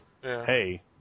hey